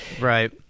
Right